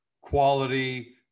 quality